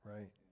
Right